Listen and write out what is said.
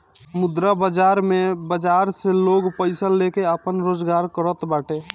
मुद्रा बाजार बाजार से लोग पईसा लेके आपन रोजगार करत बाटे